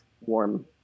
warm